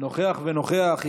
נוכח ונוכח.